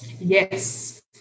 Yes